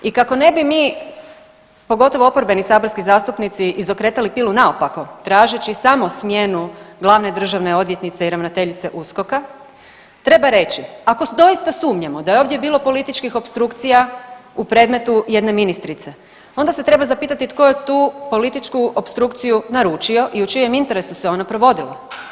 I kako ne bi mi, pogotovo oporbeni saborski zastupnici izokretali pilu naopako, tražeći samo smjenu glavne državne odvjetnice i ravnateljice USKOK-a, treba reći, ako doista sumnjamo da je ovdje bilo političkih opstrukcija u predmetu jedne ministrice onda se treba zapitati tko je tu političku opstrukciju naručio i u čijem interesu se ona provodila.